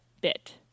bit